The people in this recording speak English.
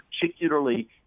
particularly